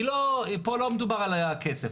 פה לא מדובר על הכסף,